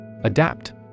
Adapt